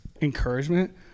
encouragement